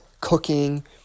cooking